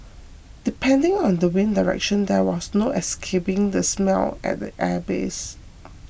depending on the wind direction there was no escaping the smell at the airbase